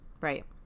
Right